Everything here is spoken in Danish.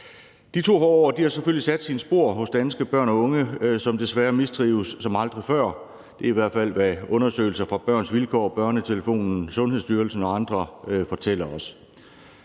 De 2 hårde år har selvfølgelig sat sine spor hos danske børn og unge, som desværre mistrives som aldrig før; det er i hvert fald, hvad Børns Vilkår, BørneTelefonen og Sundhedsstyrelsen og andre ud fra